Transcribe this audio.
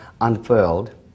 unfurled